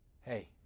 Hey